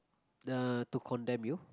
uh to condemn you